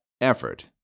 effort